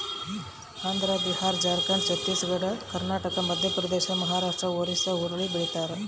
Andhra Bihar Jharkhand Chhattisgarh Karnataka Madhya Pradesh Maharashtra ಒರಿಸ್ಸಾಲ್ಲಿ ಹುರುಳಿ ಬೆಳಿತಾರ